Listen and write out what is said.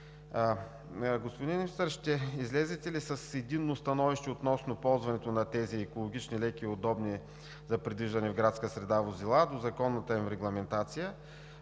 Господин Министър, ще излезете ли с единно становище относно ползването на тези екологични, леки, удобни за предвиждане в градска среда возила до законната им регламентация?